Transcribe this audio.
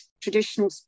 traditional